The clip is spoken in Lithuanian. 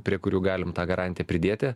prie kurių galim tą garantiją pridėti